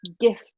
gift